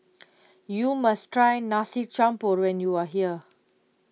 you must try Nasi Campur when you are here